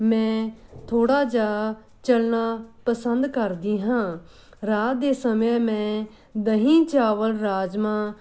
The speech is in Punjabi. ਮੈਂ ਥੋੜ੍ਹਾ ਜਿਹਾ ਚੱਲਣਾ ਪਸੰਦ ਕਰਦੀ ਹਾਂ ਰਾਤ ਦੇ ਸਮੇਂ ਮੈਂ ਦਹੀਂ ਚਾਵਲ ਰਾਜਮਾਂਹ